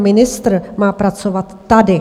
Ministr má pracovat tady!